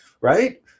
Right